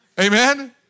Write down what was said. Amen